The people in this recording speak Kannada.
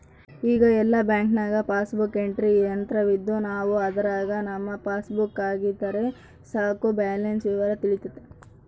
ಈಗ ಎಲ್ಲ ಬ್ಯಾಂಕ್ನಾಗ ಪಾಸ್ಬುಕ್ ಎಂಟ್ರಿ ಯಂತ್ರವಿದ್ದು ನಾವು ಅದರಾಗ ನಮ್ಮ ಪಾಸ್ಬುಕ್ ಹಾಕಿದರೆ ಸಾಕು ಬ್ಯಾಲೆನ್ಸ್ ವಿವರ ತಿಳಿತತೆ